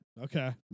Okay